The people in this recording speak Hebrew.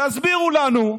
שיסבירו לנו,